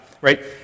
right